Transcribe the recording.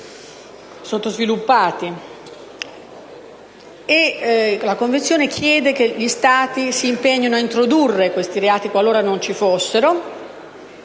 La Convenzione chiede che gli Stati si impegnino a introdurre nei propri ordinamenti, qualora non ci fossero,